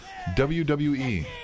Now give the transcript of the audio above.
WWE